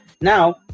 Now